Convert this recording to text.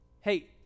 Hey